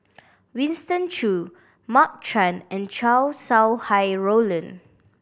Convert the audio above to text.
Winston Choo Mark Chan and Chow Sau Hai Roland